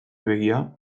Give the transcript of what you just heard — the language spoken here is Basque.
begia